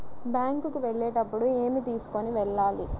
Bank కు వెళ్ళేటప్పుడు ఏమి తీసుకొని వెళ్ళాలి?